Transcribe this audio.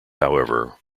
however